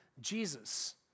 Jesus